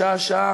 שעה-שעה,